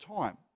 time